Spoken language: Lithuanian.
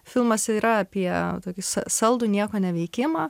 filmas yra apie tokį saldų nieko neveikimą